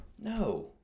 No